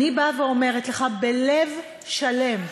אני באה ואומרת לך בלב שלם: